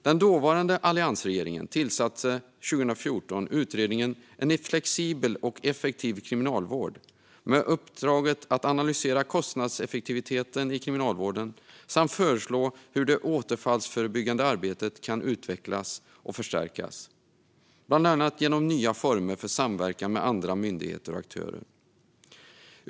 Den dåvarande alliansregeringen tillsatte därför 2014 utredningen En flexibel och effektiv kriminalvård med uppdraget att analysera kostnadseffektiviteten i Kriminalvården samt föreslå hur det återfallsförebyggande arbetet kan utvecklas och förstärkas, bland annat genom nya former för samverkan med andra myndigheter och aktörer.